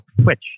twitch